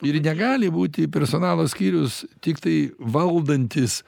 ir negali būti personalo skyrius tiktai valdantis